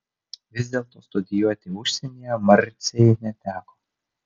vis dėlto studijuoti užsienyje marcei neteko